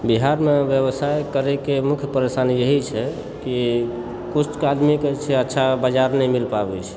बिहारमे व्यवसाय करयके मुख्य परेशानी यही छै कि किछु आदमीकेँ अच्छा बाजार नहि मिल पाबैत छै